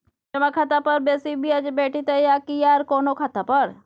जमा खाता पर बेसी ब्याज भेटितै आकि आर कोनो खाता पर?